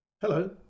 Hello